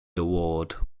award